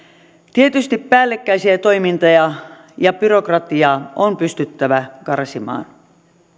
tietysti päällekkäisiä toimintoja ja byrokratiaa on pystyttävä karsimaan